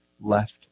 left